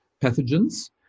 pathogens